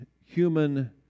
human